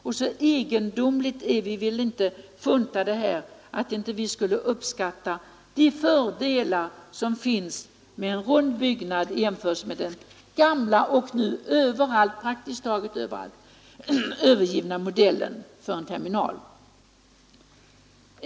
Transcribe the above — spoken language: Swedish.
Och så egendomligt är vi väl inte funtade här, att vi inte skulle uppskatta de fördelar som en rund byggnad medför i jämförelse med den gamla och nu praktiskt taget överallt övergivna modellen för en terminal!